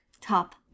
top